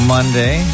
Monday